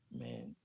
man